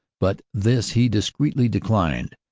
but this he discreetly declined.